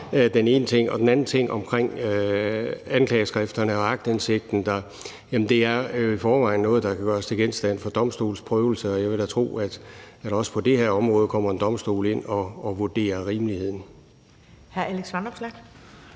den ene ting, og den anden ting er omkring anklageskrifterne og aktindsigten. Det er i forvejen noget, der kan gøres til genstand for domstolsprøvelse, og jeg vil da tro, at også på det her område kommer en domstol ind og vurderer rimeligheden.